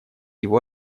его